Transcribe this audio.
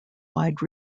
wide